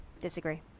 Disagree